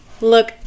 look